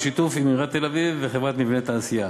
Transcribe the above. בשיתוף עם עיריית תל-אביב וחברת "מבני תעשייה".